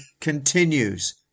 continues